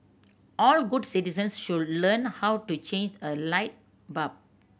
all good citizens should learn how to change a light bulb